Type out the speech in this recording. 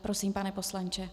Prosím, pane poslanče.